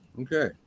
Okay